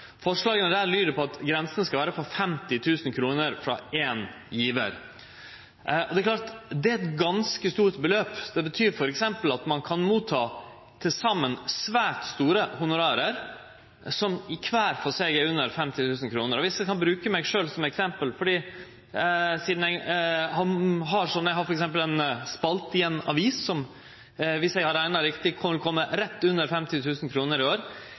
forslaga til endringar i § 3 tredje ledd og § 7. Paragraf 3 gjeld honorar som vi tek imot, og § 7 gjeld ulike typar bistand frå organisasjonar, selskap eller andre. Innstillinga lyder på at grensa skal vere på 50 000 kr – frå éin gjevar. Det er eit ganske stort beløp. Det betyr f.eks. at ein kan ta imot til saman svært store honorar som kvar for seg er på under 50 000 kr. Viss eg kan bruke meg sjølv som eksempel, sidan eg har ei spalte i ei avis som